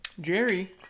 Jerry